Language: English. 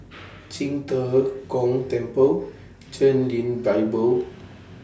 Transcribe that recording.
Qing De Gong Temple Chen Lien Bible